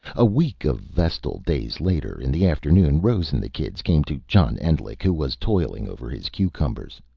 a week of vestal days later, in the afternoon, rose and the kids came to john endlich, who was toiling over his cucumbers.